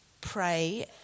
pray